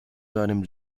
seinem